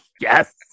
Yes